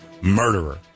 Murderer